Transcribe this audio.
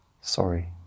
sorry